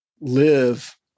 live